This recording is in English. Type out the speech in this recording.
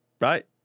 Right